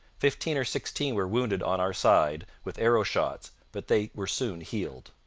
fifteen or sixteen were wounded on our side with arrow shots, but they were soon healed.